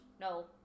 No